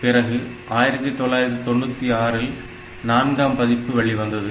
பிறகு 1996 இல் நான்காம் பதிப்பு வெளிவந்தது